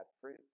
fruit